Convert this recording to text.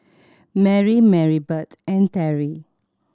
Mary Maribeth and Terrie